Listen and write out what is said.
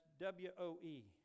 W-O-E